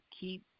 keep